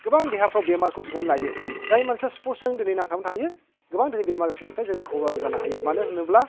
गोबां देहाफ्राव बेमारखौ सोनानै लायो जाय मानसिया स्पर्टसजों दिनै नांथाबनो थायो गोबां दिनै बेमारफोरनिफ्राय जोंनि खहाबो जानो हायो मानो होनोब्ला